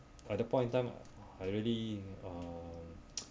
at that point in time I really um